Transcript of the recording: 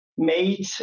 made